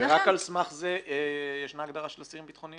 ורק על סמך זה ישנה הגדרה של אסירים ביטחוניים?